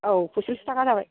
औ फयस'ल्लिस थाखा जाबाय